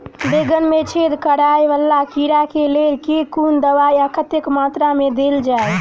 बैंगन मे छेद कराए वला कीड़ा केँ लेल केँ कुन दवाई आ कतेक मात्रा मे देल जाए?